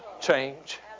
change